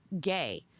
gay